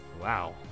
Wow